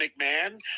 McMahon